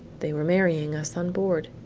they were marrying us on board.